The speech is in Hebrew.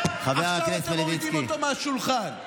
עכשיו אתם מורידים אותו מהשולחן.